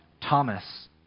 Thomas